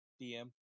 DM